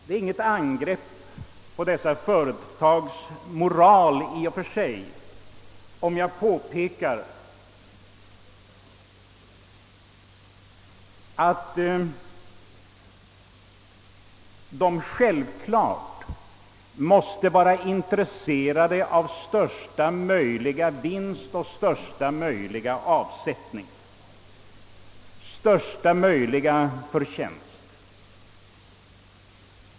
Det är inget angrepp på dessa enskilda företags moral i och för sig, om jag påpekar att de självfallet måste vara intresserade av största möjliga vinst och största möjliga avsättning.